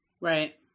Right